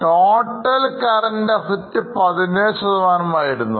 Total Current Asset 17 ആയിരുന്നു